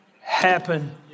happen